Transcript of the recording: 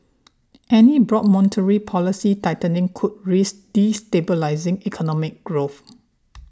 any broad monetary policy tightening could risk destabilising economic growth